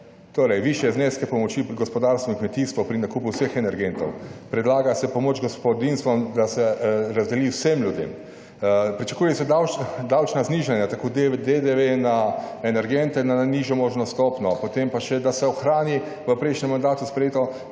torej višje zneske pomoči gospodarstvu in kmetijstvu pri nakupu vseh energentov. Predlaga se pomoč gospodinjstvom, da se razdeli vsem ljudem. Pričakuje se davčna znižanja, tako DDV na energente na nižjo možno stopnjo, potem pa še, da se ohrani v prejšnjem mandatu sprejeto